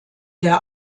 der